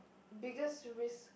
biggest risk